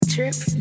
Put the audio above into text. trip